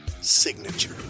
signature